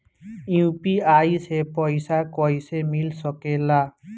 UPI से पइसा कईसे मिल सके ला?